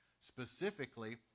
specifically